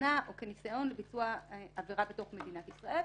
כהכנה או כניסיון לביצוע עבירה בתוך מדינת ישראל,